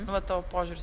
nu va tavo požiūris